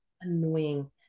annoying